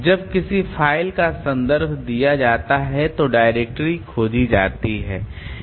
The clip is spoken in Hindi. जब किसी फ़ाइल का संदर्भ दिया जाता है तो डायरेक्टरी खोजी जाती है